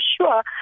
sure